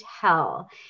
tell